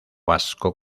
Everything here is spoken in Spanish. vasco